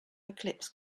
eclipse